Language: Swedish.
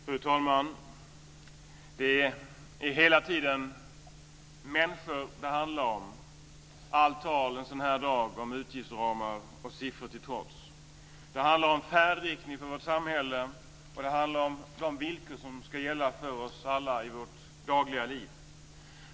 Fru talman! Det är hela tiden människor det handlar om, allt tal en sådan här dag om utgiftsramar och siffror till trots. Det handlar om färdriktningen för vårt samhälle, och det handlar om de villkor som ska gälla för oss alla i vårt dagliga liv.